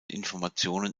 informationen